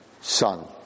son